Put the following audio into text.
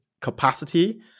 capacity